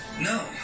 No